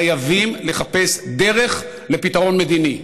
חייבים לחפש דרך לפתרון מדיני.